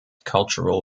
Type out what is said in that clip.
cultural